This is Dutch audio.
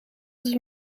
het